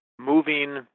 moving